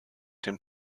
den